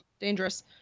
dangerous